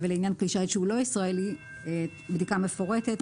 לעניין כלי שיט שהוא לא ישראלי, בדיקה מפורטת.